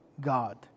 God